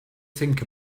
think